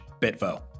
Bitvo